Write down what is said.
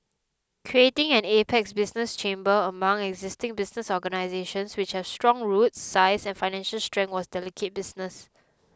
creating an apex business chamber among existing business organisations which have strong roots size and financial strength was delicate business